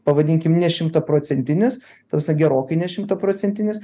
pavadinkim ne šimtaprocentinis ta prasme gerokai ne šimtaprocentinis